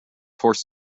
horse